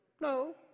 No